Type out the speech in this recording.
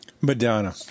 Madonna